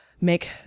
make